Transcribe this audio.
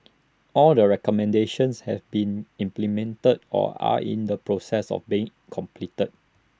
all the recommendations have been implemented or are in the process of being completed